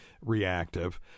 reactive